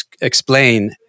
Explain